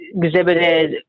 exhibited